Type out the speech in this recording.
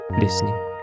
listening